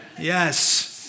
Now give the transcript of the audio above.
Yes